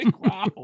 wow